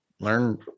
learn